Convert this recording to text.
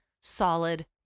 solid